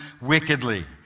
wickedly